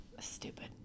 stupid